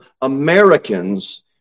Americans